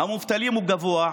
המובטלים הוא גבוה,